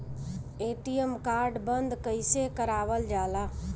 ATM card बन्द कईसे करावल जाला?